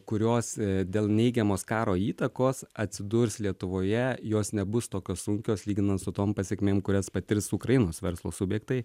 kurios dėl neigiamos karo įtakos atsidurs lietuvoje jos nebus tokios sunkios lyginant su tom pasekmėm kurias patirs ukrainos verslo subjektai